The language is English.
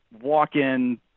walk-in